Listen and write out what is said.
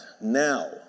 now